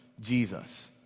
Jesus